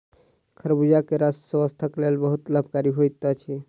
खरबूजा के रस स्वास्थक लेल बहुत लाभकारी होइत अछि